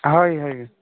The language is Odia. ହଇ ହଇ